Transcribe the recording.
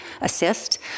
assist